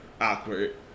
awkward